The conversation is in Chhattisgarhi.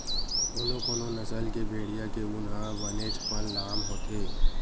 कोनो कोनो नसल के भेड़िया के ऊन ह बनेचपन लाम होथे